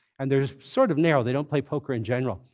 and they're sort of narrow. they don't play poker in general.